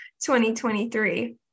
2023